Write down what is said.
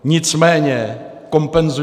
Nicméně kompenzujme.